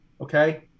okay